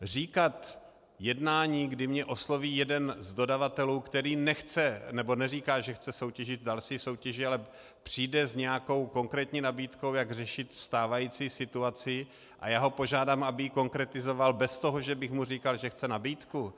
Říkat jednání, kdy mě osloví jeden z dodavatelů, který nechce, nebo neříká, že chce soutěžit dál v soutěži, a přijde s nějakou konkrétní nabídkou, jak řešit stávající situaci, a já ho požádám, aby ji konkretizoval bez toho, že bych mu říkal, že chce nabídku?